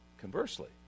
conversely